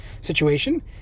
situation